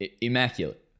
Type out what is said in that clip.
immaculate